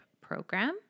program